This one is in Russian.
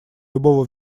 любого